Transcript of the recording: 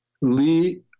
Lee